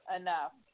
enough